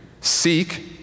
seek